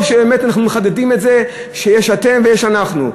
טוב שבאמת אנחנו מחדדים את זה שיש "אתם" ויש "אנחנו".